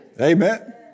Amen